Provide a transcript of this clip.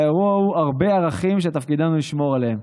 האירוע הוא הרבה ערכים, שתפקידנו הוא לשמור עליהם.